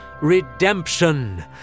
redemption